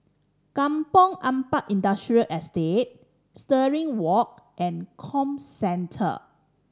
Kampong Ampat Industrial Estate Stirling Walk and Comcentre